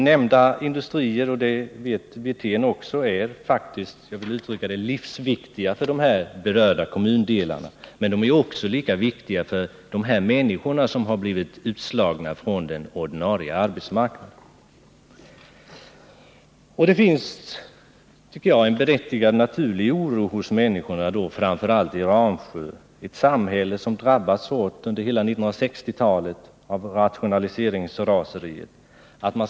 Jag vill uttrycka det så att nämnda industrier faktiskt är livsviktiga för de berörda kommundelarna — det vet Rolf Wirtén också — och de är lika viktiga för de människor som blivit utslagna från den ordinarie arbetsmarknaden. Människorna känner oro för att man skall trappa ner verksamheten — en berättigad oro, tycker jag, framför allt i Ramsjö, ett samhälle som drabbats hårt av rationaliseringsraseriet under hela 1960-talet.